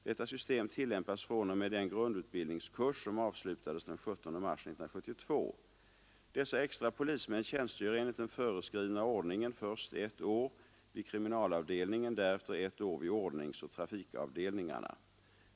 Detta system tillämpas fr.o.m. den grundutbildningskurs som avslutades den 17 mars 1972. Dessa extra polismän tjänstgör enligt den föreskrivna ordningen först ett år vid kriminalavdelningen, därefter ett år vid ordningsoch trafikavdelningarna.